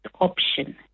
option